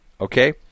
Okay